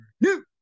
New